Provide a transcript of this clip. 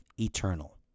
eternal